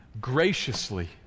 Graciously